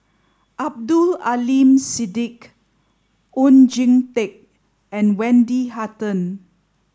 Abdul Aleem Siddique Oon Jin Teik and Wendy Hutton